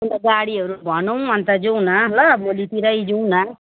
अन्त गाडीहरू भनौँ अन्त जाउँ न ल भोलितिरै जाउँ न